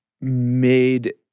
made